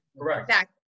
Correct